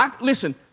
Listen